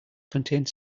contained